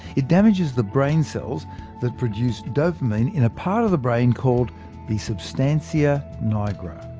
it damages the brain cells that produce dopamine, in a part of the brain called the substantia nigra.